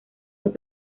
los